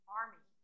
army